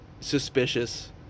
suspicious